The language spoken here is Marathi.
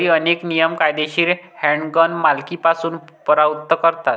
घरी, अनेक नियम कायदेशीर हँडगन मालकीपासून परावृत्त करतात